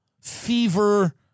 fever